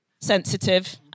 Sensitive